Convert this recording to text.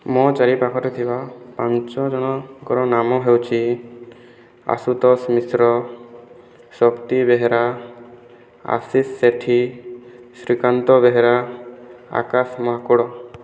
ମୋ ଚାରିପାଖରେଥିବା ପାଞ୍ଚଜଣଙ୍କର ନାମ ହେଉଛି ଆଶୁତୋଷ ମିଶ୍ର ଶକ୍ତି ବେହେରା ଆଶିଷ ସେଠି ଶ୍ରୀକାନ୍ତ ବେହେରା ଆକାଶ ମହାକୁଡ଼